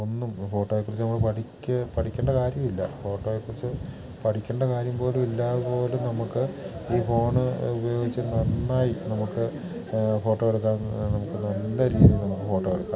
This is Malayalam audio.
ഒന്നും ഫോട്ടോയെക്കുറിച്ച് നമ്മൾ പഠിക്ക പഠിക്കേണ്ട കാര്യമില്ല ഫോട്ടോയെക്കുറിച്ച് പഠിക്കേണ്ട കാര്യം പോലും ഇല്ലാതെ പോലും നമുക്ക് ഈ ഫോണ് ഉപയോഗിച്ച് നന്നായി നമുക്ക് ഫോട്ടോ എടുക്കാം നമുക്ക് നല്ല രീതിയിൽ നമുക്ക് ഫോട്ടോ എടുക്കാം